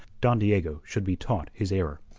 don diego should be taught his error.